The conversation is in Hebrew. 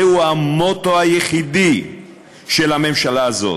זהו המוטו היחידי של הממשלה הזאת: